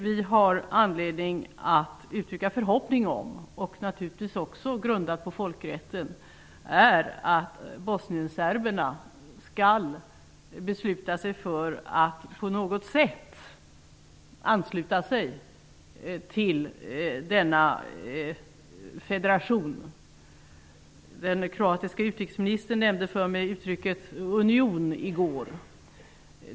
Vi har anledning att uttrycka förhoppning om, naturligtvis grundad på folkrätten, att bosnienserberna skall besluta sig för att ansluta sig till denna federation på något sätt. Den kroatiske utrikesministern nämnde för mig i går uttrycket union.